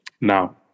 now